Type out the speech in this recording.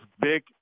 big